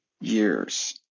years